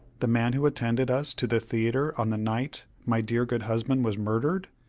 the man who attended us to the theatre on the night my dear, good husband was murdered!